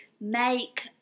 make